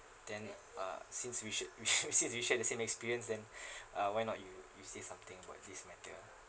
then uh since we shared since we shared the same experience then uh why not you you say something about this matter ah